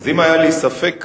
אז אם היה לי ספק כזה,